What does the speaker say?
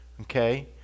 Okay